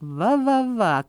va va va